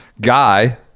Guy